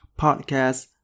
podcast